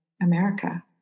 america